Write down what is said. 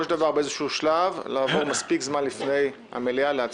של דבר לעבור להצבעה מספיק זמן לפני תחילת המליאה.